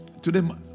today